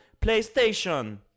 PlayStation